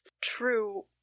true